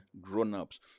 grown-ups